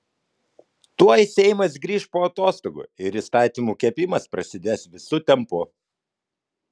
tuoj seimas grįš po atostogų ir įstatymų kepimas prasidės visu tempu